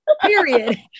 Period